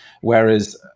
Whereas